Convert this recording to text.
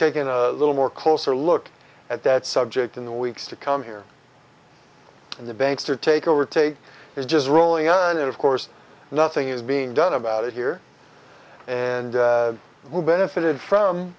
taking a little more closer look at that subject in the weeks to come here in the banks to take over take is just rolling on and of course nothing is being done about it here and who benefited from